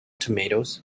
tomatoes